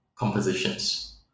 Compositions